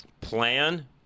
plan